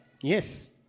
Yes